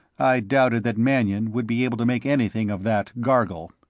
i doubted that mannion would be able to make anything of that gargle.